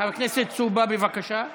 חבר הכנסת סובה, בבקשה.